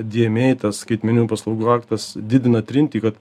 dyemei tas skaitmeninių paslaugų aktas didina trintį kad